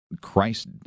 Christ